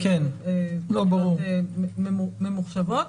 שיהיו פניות ממוחשבות,